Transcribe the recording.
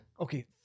Okay